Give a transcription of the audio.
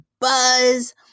buzz